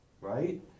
right